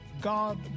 God